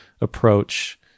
approach